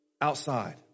outside